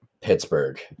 Pittsburgh